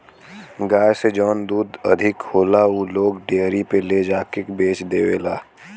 गाय से जौन दूध अधिक होला उ लोग डेयरी पे ले जाके के बेच देवला